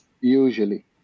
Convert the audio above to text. usually